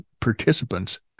participants